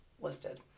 listed